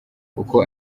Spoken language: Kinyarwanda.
uko